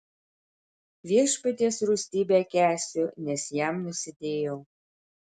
viešpaties rūstybę kęsiu nes jam nusidėjau